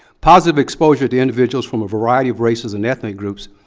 positive exposure to individuals from a variety of races and ethnic groups,